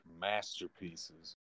masterpieces